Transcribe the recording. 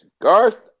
Garth